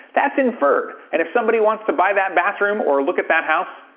that's inferred. and if somebody wants to buy that bathroom or look at that house,